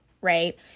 right